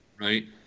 right